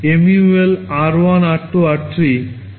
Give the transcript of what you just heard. MUL r1 r2 r3